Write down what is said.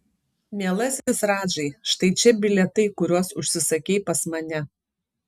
mielasis radžai štai čia bilietai kuriuos užsisakei pas mane